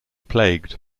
plagued